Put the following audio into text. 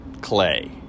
Clay